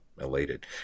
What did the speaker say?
elated